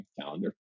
calendar